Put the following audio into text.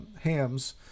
hams